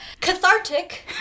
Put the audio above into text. Cathartic